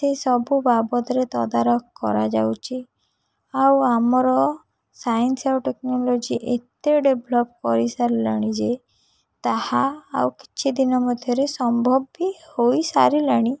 ସେସବୁ ବାବଦରେ ତଦାରଖ କରାଯାଉଛି ଆଉ ଆମର ସାଇନ୍ସ ଆଉ ଟେକ୍ନୋଲୋଜି ଏତେ ଡେଭଲପ୍ କରିସାରିଲାଣି ଯେ ତାହା ଆଉ କିଛି ଦିନ ମଧ୍ୟରେ ସମ୍ଭବ ବି ହୋଇସାରିଲାଣି